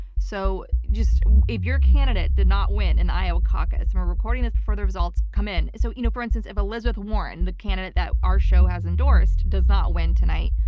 so if your candidate did not win an iowa caucus, and we're recording this before the results come in, so you know for instance, if elizabeth warren, the candidate that our show has endorsed, does not win tonight,